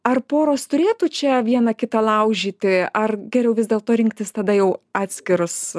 ar poros turėtų čia viena kitą laužyti ar geriau vis dėlto rinktis tada jau atskirus